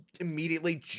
immediately